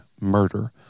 murder